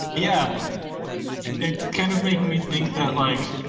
yeah it's kind of making me think that, like